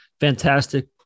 Fantastic